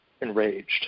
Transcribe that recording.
enraged